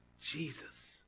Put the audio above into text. Jesus